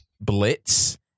Blitz